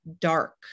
dark